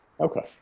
Okay